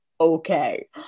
okay